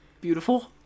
Beautiful